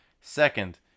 Second